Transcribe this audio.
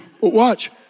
Watch